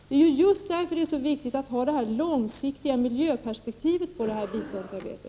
Det är just därför det är så viktigt att ha det långsiktiga miljöperspektivet på detta biståndsarbete.